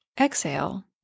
exhale